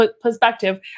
perspective